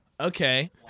Okay